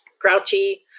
grouchy